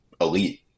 elite